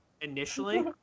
Initially